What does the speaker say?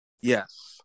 yes